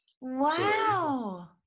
Wow